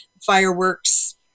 fireworks